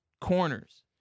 corners